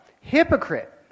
hypocrite